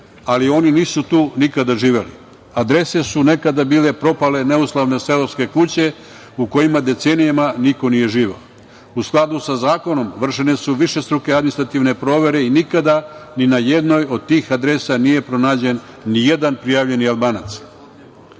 ali oni nisu tu nikada živeli. Adrese su nekada bile propale i neuslovne seoske kuće u kojima decenijama niko nije živeo.U skladu sa zakonom vršene su višestruke administrativne provere i nikada ni na jednoj od tih adresa nije pronađen ni jedan prijavljeni Albanac,